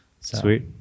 Sweet